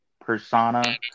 persona